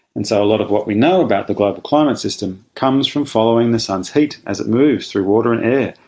and so a lot of what we know about the global climate system comes from following the sun's heat as it moves through water and air,